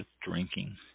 drinking